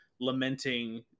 lamenting